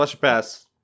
pass